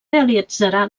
realitzarà